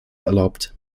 erlaubt